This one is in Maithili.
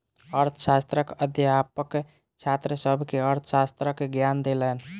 अर्थशास्त्रक अध्यापक छात्र सभ के अर्थशास्त्रक ज्ञान देलैन